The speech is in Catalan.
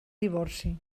divorci